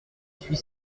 suis